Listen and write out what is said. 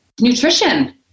nutrition